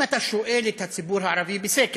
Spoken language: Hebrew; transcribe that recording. אם אתה שואל את הציבור הערבי בסקר: